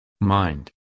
mind